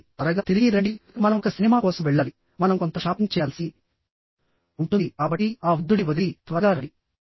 కాబట్టి త్వరగా తిరిగి రండి మనం ఒక సినిమా కోసం వెళ్ళాలి మనం కొంత షాపింగ్ చేయాల్సి ఉంటుందికాబట్టి ఆ వృద్ధుడిని వదిలి త్వరగా రండి